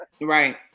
right